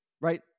right